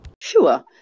Sure